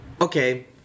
Okay